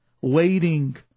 waiting